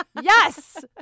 yes